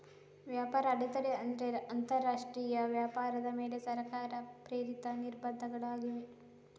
ವ್ಯಾಪಾರ ಅಡೆತಡೆ ಅಂದ್ರೆ ಅಂತರರಾಷ್ಟ್ರೀಯ ವ್ಯಾಪಾರದ ಮೇಲೆ ಸರ್ಕಾರ ಪ್ರೇರಿತ ನಿರ್ಬಂಧಗಳಾಗಿವೆ